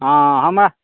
हँ हमरा